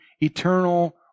eternal